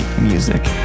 music